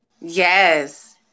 Yes